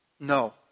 No